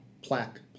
plaque